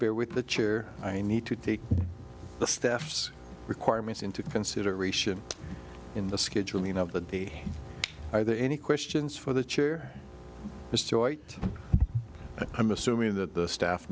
bear with the chair i need to take the staff's requirements into consideration in the scheduling of the day are there any questions for the chair mr white i'm assuming that the staff